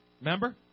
Remember